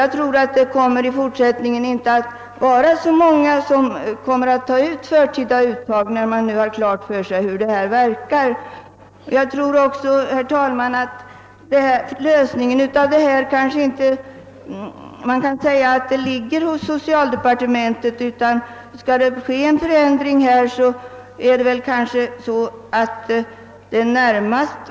Jag tror att det i fortsättningen inte kommer att vara så många som gör förtida uttag, då de har klart för sig hur det hela verkar. Jag tror också, herr talman, att lösningen av detta problem inte ligger hos socialdepartementet. Skall det ske en förändring, ligger det kanske närmare till att ändra bestämmelserna om rätten att söka och få omställningsbidrag.